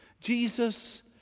Jesus